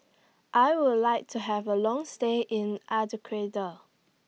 I Would like to Have A Long stay in